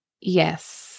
yes